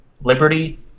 liberty